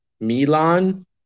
Milan